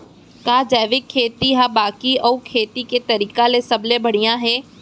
का जैविक खेती हा बाकी अऊ खेती के तरीका ले सबले बढ़िया हे?